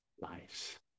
lives